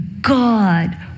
God